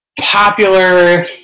popular